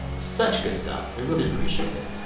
such good stuff. we really appreciate it.